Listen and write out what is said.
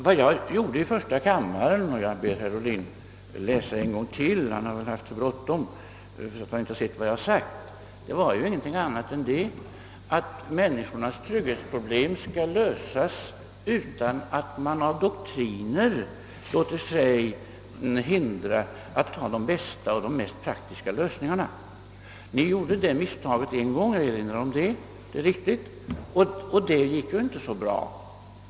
Vad jag sade i första kammaren — och jag ber herr Ohlin läsa protokollet en gång till, ty herr Ohlin har tydligen även i det fallet haft för bråttom — var ingenting annat än att människornas trygghetsproblem skall lösas utan att man av doktriner låter sig hindras att välja de bästa och mest praktiska lösningarna. Ni gjorde ett misstag därvidlag en gång — jag erinrar om detta -— och det gick inte så bra.